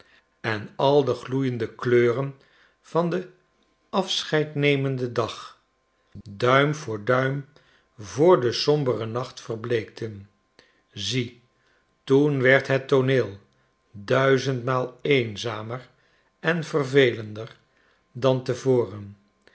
en al de gloeiende kleuren van den afscheidnemenden dag duim voor duim voor den somberen nacht verbleekten zie toen werd het tooneel duizendmaal eenzamer en vervelender dan